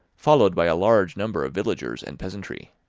followed by a large number of villagers and peasantry.